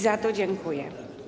Za to dziękuję.